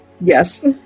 Yes